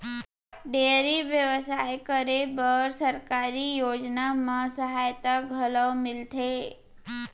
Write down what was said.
dairy बेवसाय करे बर सरकारी योजना म सहायता घलौ मिलथे